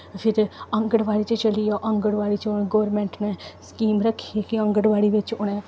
फिर आंगरबाड़ी च चली जाओ आंगनबाड़ी च हून गौरमैंट ने स्कीम रक्खी कि आंगनबाड़ी बिच्च उ'नें